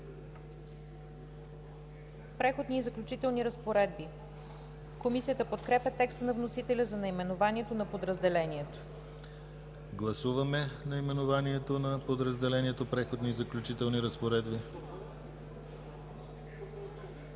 „Преходни и заключителни разпоредби“. Комисията подкрепя текста на вносителя за наименованието на подразделението. ПРЕДСЕДАТЕЛ ДИМИТЪР ГЛАВЧЕВ: Гласуваме наименованието на подразделението „Преходни и заключителни разпоредби“.